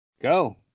Go